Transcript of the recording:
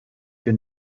für